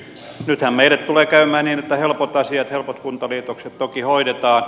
nythän meille tulee käymään niin että helpot asiat helpot kuntaliitokset toki hoidetaan